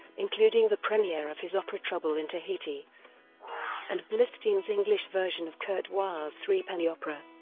including the premiere of his opera trouble in tahiti and blitzstein's english version of kurt weill's threepenny opera.